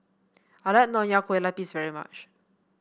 I like Nonya Kueh Lapis very much